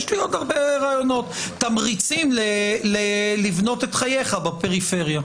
יש לי עוד הרבה רעיונות תמריצים לבנות את חייך בפריפריה.